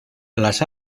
las